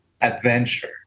adventure